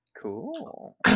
Cool